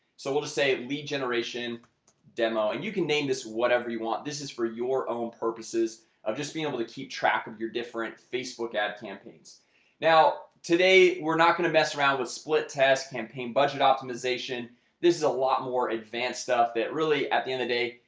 so we'll just say lead generation demo, and you can name this whatever you want this is for your own purposes of just being able to keep track of your different facebook ad campaigns now today we're not going to mess around with split test campaign budget optimization this is a lot more advanced stuff that really at the end of day.